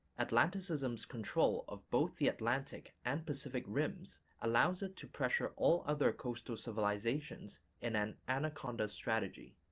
atlanticism's control of both the atlantic and pacific rims allows it to pressure all other coastal civilizations in an anaconda strategy.